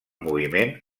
moviment